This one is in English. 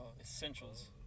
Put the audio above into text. Essentials